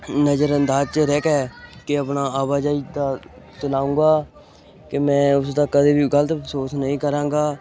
ਨਜ਼ਰ ਅੰਦਾਜ਼ 'ਚ ਰਹਿ ਕੇ ਕਿ ਆਪਣਾ ਆਵਾਜਾਈ ਦਾ ਚਲਾਉਂਗਾ ਕਿ ਮੈਂ ਉਸਦਾ ਕਦੇ ਵੀ ਗਲਤ ਅਫਸੋਸ ਨਹੀਂ ਕਰਾਂਗਾ